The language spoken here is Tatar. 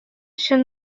өчен